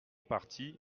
partie